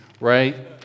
right